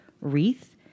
wreath